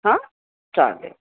हां चालेल